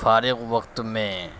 فارغ وقت میں